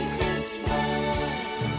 Christmas